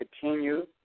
continue